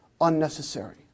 unnecessary